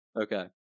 Okay